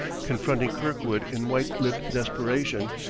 confronting kirkwood in white-lipped desperation,